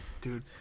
Dude